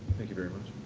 thank you very much.